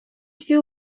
дві